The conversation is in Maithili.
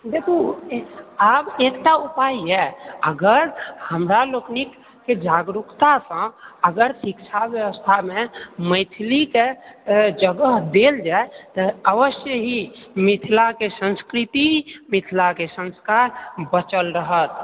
देखू आब एकटा उपाय यऽ अगर हमरा लोकनिकके जागरूकता कऽ अगर शिक्षा व्यवस्थामे मैथिलीके जगह देल जाइ तऽ आवश्य ही मिथिलाके संस्कृति मिथिलाके संस्कार बचल रहत